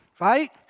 right